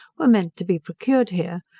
were meant to be procured here,